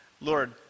Lord